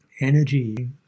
Energy